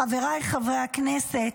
חבריי חברי הכנסת,